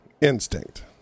instinct